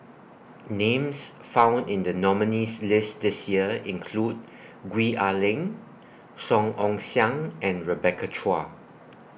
Names found in The nominees' list This Year include Gwee Ah Leng Song Ong Siang and Rebecca Chua